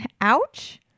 Ouch